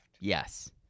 Yes